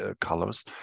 colors